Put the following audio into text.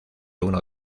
uno